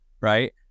right